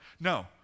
No